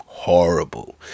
Horrible